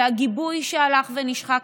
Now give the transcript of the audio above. זה גם הגיבוי למורים שהלך ונשחק.